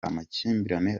amakimbirane